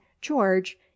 george